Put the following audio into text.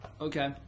okay